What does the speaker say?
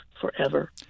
forever